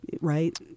right